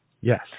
Yes